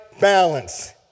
balance